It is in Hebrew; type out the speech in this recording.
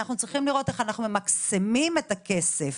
אנו צריכים לראות איך אנו ממקסמים את הכסף